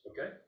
Okay